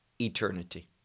eternity